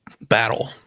battle